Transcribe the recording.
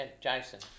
Jason